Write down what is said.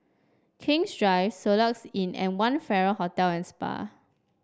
King's Drive Soluxe Inn and One Farrer Hotel and Spa